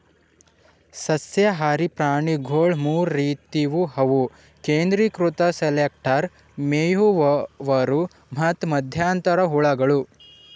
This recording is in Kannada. ಸಸ್ಯಹಾರಿ ಪ್ರಾಣಿಗೊಳ್ ಮೂರ್ ರೀತಿವು ಅವು ಕೇಂದ್ರೀಕೃತ ಸೆಲೆಕ್ಟರ್, ಮೇಯುವವರು ಮತ್ತ್ ಮಧ್ಯಂತರ ಹುಳಗಳು